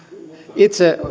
itse